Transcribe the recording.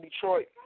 Detroit